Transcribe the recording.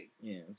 Yes